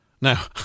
Now